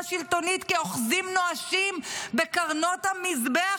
השלטונית כאוחזים נואשים בקרנות המזבח,